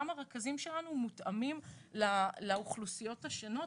גם הרכזים שלנו מותאמים לאוכלוסיות השונות.